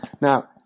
Now